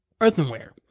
earthenware